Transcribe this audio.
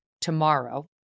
tomorrow